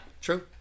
True